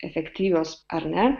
efektyvios ar ne